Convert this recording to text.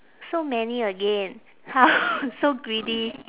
so many again how so greedy